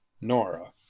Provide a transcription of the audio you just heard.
Nora